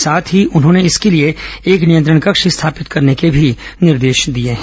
साथ ही उन्होंने इसके लिए एक नियंत्रण कक्ष स्थापित करने के भी निर्देश दिए हैं